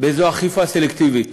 באיזו אכיפה סלקטיבית